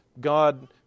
God